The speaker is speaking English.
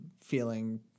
feeling